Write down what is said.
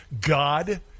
God